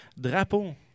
Drapeau